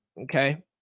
Okay